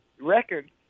record